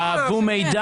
שאבו מידע.